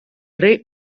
гри